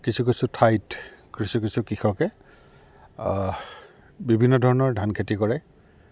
কিছু কিছু ঠাইত কিছু কিছু কৃষকে বিভিন্ন ধৰণৰ ধান খেতি কৰে